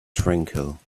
tranquil